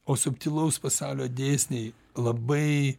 o subtilaus pasaulio dėsniai labai